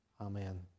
Amen